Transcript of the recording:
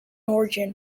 origin